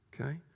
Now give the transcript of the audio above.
Okay